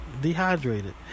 dehydrated